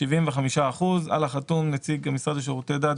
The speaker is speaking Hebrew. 75% על החתום נציג המשרד לשירותי דת,